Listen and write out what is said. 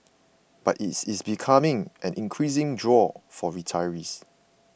but it is becoming an increasing draw for retirees